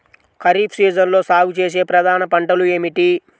ఖరీఫ్ సీజన్లో సాగుచేసే ప్రధాన పంటలు ఏమిటీ?